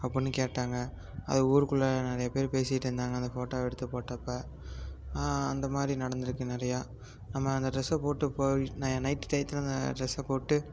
அப்புடினு கேட்டாங்க அது ஊருக்குள்ளே நிறைய பேர் பேசிக்கிட்டு இருந்தாங்க அந்த ஃபோட்டோவை எடுத்து போட்டப்போ அந்தமாதிரி நடந்திருக்கு நிறையா நம்ம அந்த ட்ரெஸ்ஸை போட்டு போய் நைட்டு டையத்தில் அந்த ட்ரெஸ்ஸை போட்டு